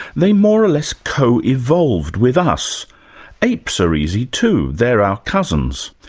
they more or less co-evolved with us apes are easy, too, they're our cousins.